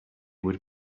would